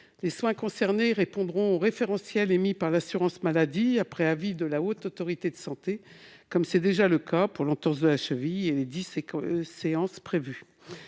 Les soins concernés répondront aux référentiels émis par l'assurance maladie, après avis de la Haute Autorité de santé, comme c'est déjà le cas pour les dix séances prévues